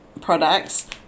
products